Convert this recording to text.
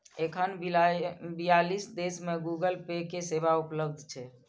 एखन बियालीस देश मे गूगल पे के सेवा उपलब्ध छै